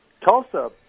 Tulsa –